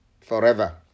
forever